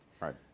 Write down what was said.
Right